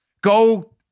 Go